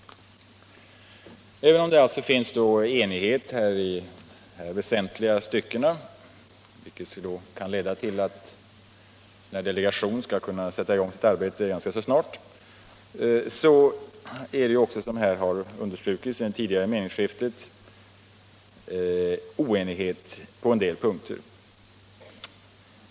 Även om det alltså föreligger enighet i väsentliga stycken, vilket kan leda till att delegationen skall kunna sätta i gång sitt arbete ganska snart, råder det också, som har understrukits i det tidigare meningsskiftet, oenighet på en del punkter.